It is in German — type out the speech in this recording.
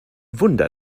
wunder